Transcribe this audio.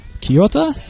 Kyoto